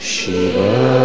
Shiva